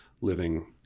living